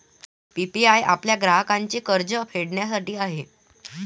PPI आपल्या ग्राहकांचे कर्ज फेडण्यासाठी आहे